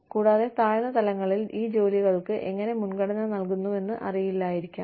കൂടാതെ താഴ്ന്ന തലങ്ങളിൽ ഈ ജോലികൾക്ക് എങ്ങനെ മുൻഗണന നൽകുന്നുവെന്ന് അറിയില്ലായിരിക്കാം